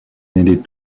needed